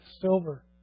silver